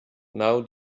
now